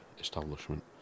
establishment